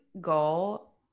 goal